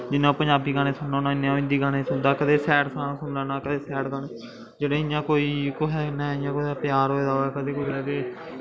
जिन्ने अ'ऊं पंजाबी गाने सुनना इन्ना अ'ऊं गाने सुनदा कदें सैड सांग सुनी लैन्ना कदें सैड गाने जेह्ड़े इ'यां कोई कुसै कन्नै इ'यां प्यार होए दा होए कदें कुदै ते